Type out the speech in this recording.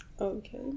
Okay